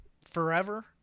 forever